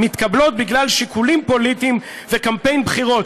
מתקבלות בגלל שיקולים פוליטיים וקמפיין בחירות.